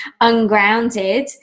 ungrounded